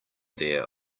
there